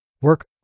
work